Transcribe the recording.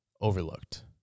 overlooked